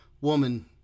Woman